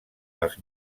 als